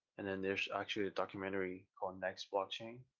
and then there's actually a documentary called next blockchain,